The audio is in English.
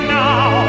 now